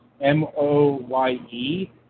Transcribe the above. m-o-y-e